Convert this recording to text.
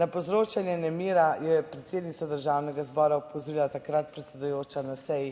Na povzročanje nemira jo je predsednica Državnega zbora opozorila takrat predsedujoča na seji